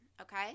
okay